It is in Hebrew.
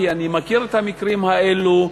כי אני מכיר את המקרים האלו.